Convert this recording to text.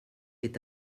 est